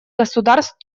государств